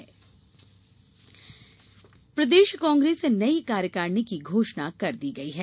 प्रदेश कांग्रेस प्रदेश कांग्रेस नई कार्यकारिणी की घोषणा कर दी गई है